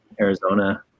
arizona